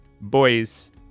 boys